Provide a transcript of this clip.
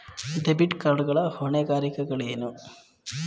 Debit card ಗಳ ಹೊಣೆಗಾರಿಕೆಗಳೇನು?